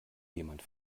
jemand